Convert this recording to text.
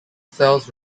cells